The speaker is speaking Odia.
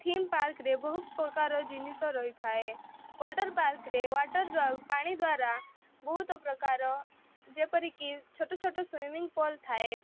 ଥିମ୍ ପାର୍କରେ ବହୁତ ପ୍ରକାର ଜିନିଷ ରହିଥାଏ ୱାଟର୍ ପାର୍କରେ ୱାଟର୍ ଦ୍ୱାରା ପାଣି ଦ୍ୱାରା ବହୁତ ପ୍ରକାର ଯେପରିକି ଛୋଟ ଛୋଟ ସୁଇମିଙ୍ଗ ପୁଲ୍ ଥାଏ